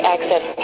Access